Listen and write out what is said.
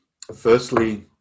firstly